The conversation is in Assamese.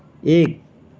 এক